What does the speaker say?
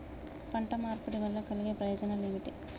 పంట మార్పిడి వల్ల కలిగే ప్రయోజనాలు ఏమిటి?